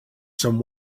some